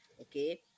okay